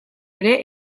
ere